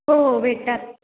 हो हो भेटतात